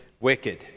wicked